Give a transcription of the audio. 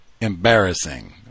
embarrassing